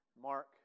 mark